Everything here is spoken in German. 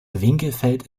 winkelfeld